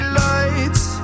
lights